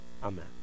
Amen